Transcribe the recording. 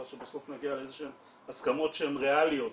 אבל שבסוף נגיע לאיזה שהן הסכמות שהן ריאליות